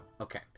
Okay